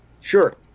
Sure